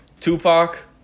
Tupac